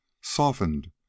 softened